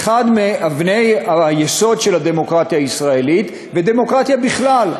אחת מאבני היסוד של הדמוקרטיה הישראלית ודמוקרטיה בכלל.